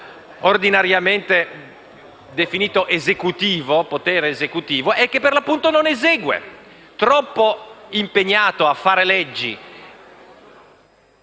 viene ordinariamente definito come potere esecutivo e che, per l'appunto, non esegue. Troppo impegnato a fare leggi